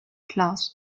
class